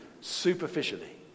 superficially